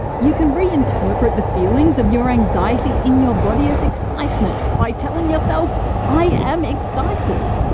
you can reinterpret the feelings of your anxiety in your body as excitement by telling yourself i am excited.